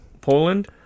Poland